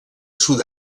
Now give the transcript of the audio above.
sud